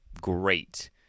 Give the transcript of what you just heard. great